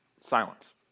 silence